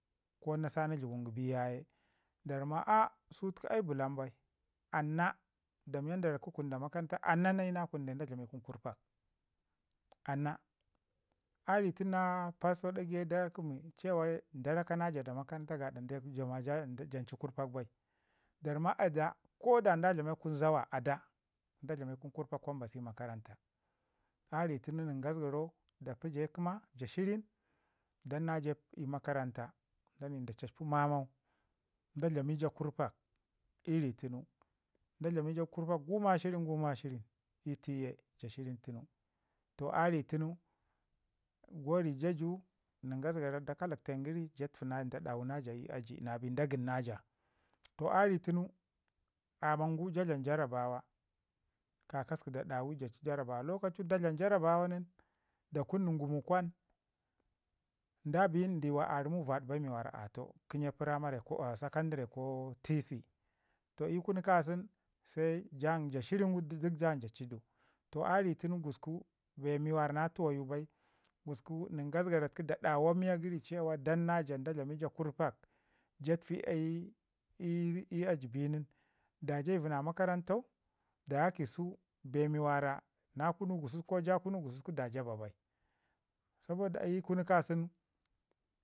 ko na sanu dləgun bai ya ye da ramma a sutuku ai bəlam bai danna da raki kun da makaranta anna nayi na kun da dlami kun kurpak, anna. A ri tunu na pastor dai ye da kəmi daraka na ja da makaranta gaɗa ja ma jan "kən kurpək bai, da ramma adan ko da da dlame kun zawa adan da dlami kun kurpak jam mbasi makaranta. A ritunu nən gasgarau da pi ja ii kəma ja shirin dan na ja ii makaranta dani da carpi mamau da dlami ja kurpak ii ri tunu. Da dlamu ja kurpa guma shirin guma shirin ii tiye ja shirin tunu, toh a ri tunu ko ri ja ju nən gasgarau da katen gəri ja tufi na sa da ɗawi na ja ii aji nabai da gənna ja. Toh a ri tunu amman ja dlam jarabawa kakasəku da ɗawi ja ti jarabawau. Lokacu da jarabawa nin ii kun nən gumu kwan dabi yindi a wara mud vaɗ bai me wara atoh ki nye primary secondary ko tc, toh ii kunu ka sun ja shiringu gəd jan ja tidu toh a ri tunu bee wara na tuwayu bai gusku nən gasgara tuku da ɗawa miya gəri cewa danna ja da dlami ja kurpuk ja tufi "ii ii" aji bi nin da ja bəzi na makarantau da yakisu bemi wara na kunu gususku ko ja kunu gususku da jaba bai. Saboda ii kunu kasun,